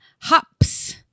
hops